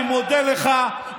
אני מודה לך,